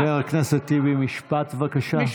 חבר הכנסת טיבי, משפט, בבקשה.